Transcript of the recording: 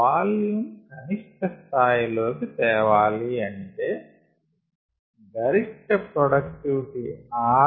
volume కనిష్ట స్థాయి లో కి తేవాలి అంటే గరిష్ట ప్రొడక్టివిటీ Rm